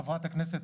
חברת הכנסת,